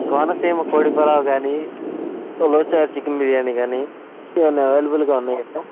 కోనసీమ కోడి పిల్ల కానీ ఉలవచారు చికెన్ బిర్యానీ కానీ ఏమన్నా అవైలబుల్గా ఉన్నాయా సార్